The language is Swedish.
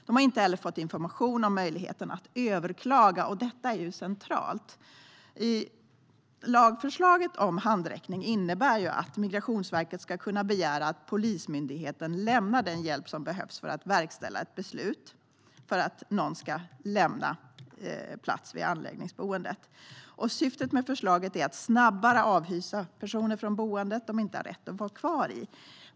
De har inte heller fått information om möjligheten att överklaga, och detta är ju centralt. Lagförslaget om handräckning innebär att Migrationsverket ska kunna begära att Polismyndigheten lämnar den hjälp som behövs för att verkställa ett beslut att någon ska lämna sin plats på ett anläggningsboende. Syftet med förslaget är att snabbare avhysa personer från ett boende de inte har rätt att vara kvar i.